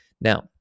Now